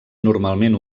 normalment